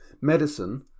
medicine